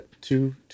two